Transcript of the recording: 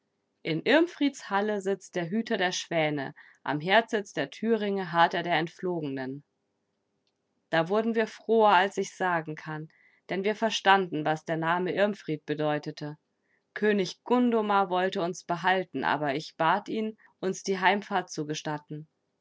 in irmfrieds halle sitzt der hüter der schwäne am herdsitz der thüringe harrt er der entflogenen da wurden wir froher als ich's sagen kann denn wir verstanden was der name irmfried bedeutete könig gundomar wollte uns behalten ich aber bat ihn uns die heimfahrt zu